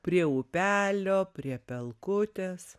prie upelio prie pelkutės